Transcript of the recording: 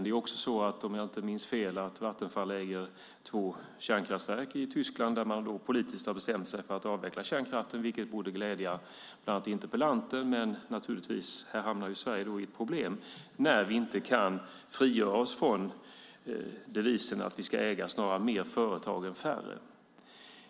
Det är också så, om jag inte minns fel, att Vattenfall äger två kärnkraftverk i Tyskland, där man politiskt har bestämt sig för att avveckla kärnkraften, vilket borde glädja bland annat interpellanten. Men här hamnar Sverige naturligtvis i ett problem när vi inte kan frigöra oss från devisen att vi ska äga snarare fler företag än färre.